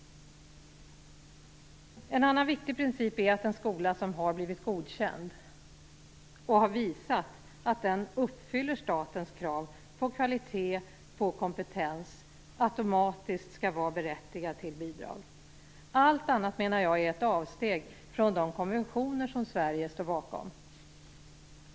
En annan viktig princip är att en skola som har blivit godkänd och har visat att den uppfyller statens krav på kvalitet och kompetens automatiskt skall vara berättigad till bidrag. Jag menar att allt annat är ett avsteg från de konventioner som Sverige står bakom.